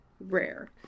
rare